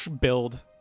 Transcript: build